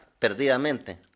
perdidamente